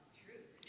truth